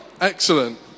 Excellent